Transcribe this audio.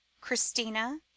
Christina